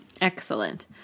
Excellent